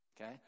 Okay